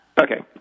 Okay